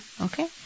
Okay